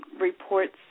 reports